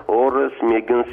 oras mėgins